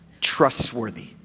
trustworthy